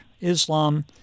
Islam